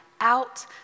out